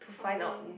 okay